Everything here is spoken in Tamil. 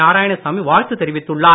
நாராயணசாமி வாழ்த்து தெரிவித்துள்ளார்